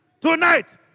Tonight